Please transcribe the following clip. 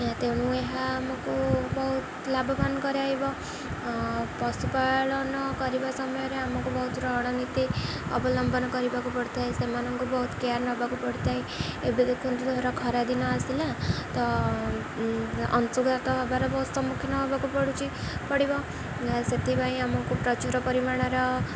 ତେଣୁ ଏହା ଆମକୁ ବହୁତ ଲାଭବାନ କରାଇବ ପଶୁପାଳନ କରିବା ସମୟରେ ଆମକୁ ବହୁତ ରଣନୀତି ଅବଲମ୍ବନ କରିବାକୁ ପଡ଼ିଥାଏ ସେମାନଙ୍କୁ ବହୁତ କେୟାର ନେବାକୁ ପଡ଼ିଥାଏ ଏବେ ଦେଖନ୍ତୁ ଧର ଖରାଦିନ ଆସିଲା ତ ଅଂଶୁଘାତ ହେବାର ବହୁତ ସମ୍ମୁଖୀନ ହବାକୁ ପଡ଼ିବ ସେଥିପାଇଁ ଆମକୁ ପ୍ରଚୁର ପରିମାଣର